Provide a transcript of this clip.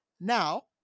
Now